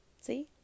see